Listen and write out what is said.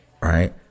Right